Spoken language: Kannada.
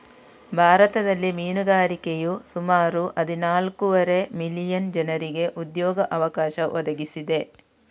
ಭಾರತದಲ್ಲಿ ಮೀನುಗಾರಿಕೆಯು ಸುಮಾರು ಹದಿನಾಲ್ಕೂವರೆ ಮಿಲಿಯನ್ ಜನರಿಗೆ ಉದ್ಯೋಗ ಅವಕಾಶ ಒದಗಿಸಿದೆ